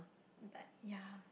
but ya